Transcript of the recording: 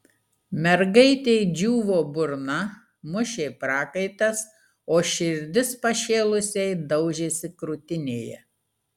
mergaitei džiūvo burna mušė prakaitas o širdis pašėlusiai daužėsi krūtinėje